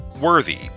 Worthy